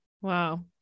Wow